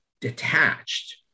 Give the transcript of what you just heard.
detached